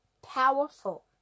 powerful